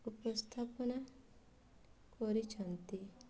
ଉପସ୍ଥାପନା କରିଛନ୍ତି